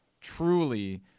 truly